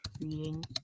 reading